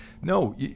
no